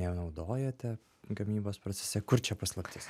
ją naudojate gamybos procese kur čia paslaptis